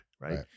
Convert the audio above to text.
Right